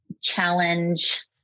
challenge